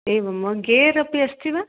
एवं वा गेरपि अस्ति वा